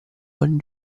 buoni